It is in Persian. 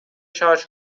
شارژ